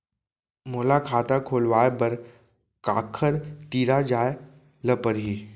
मोला खाता खोलवाय बर काखर तिरा जाय ल परही?